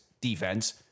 defense